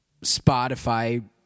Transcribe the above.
Spotify